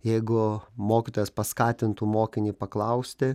jeigu mokytojas paskatintų mokinį paklausti